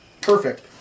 perfect